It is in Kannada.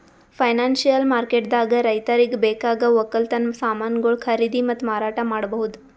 ಫೈನಾನ್ಸಿಯಲ್ ಮಾರ್ಕೆಟ್ದಾಗ್ ರೈತರಿಗ್ ಬೇಕಾಗವ್ ವಕ್ಕಲತನ್ ಸಮಾನ್ಗೊಳು ಖರೀದಿ ಮತ್ತ್ ಮಾರಾಟ್ ಮಾಡ್ಬಹುದ್